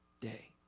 day